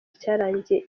cyarangiye